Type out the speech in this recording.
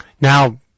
Now